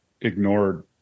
ignored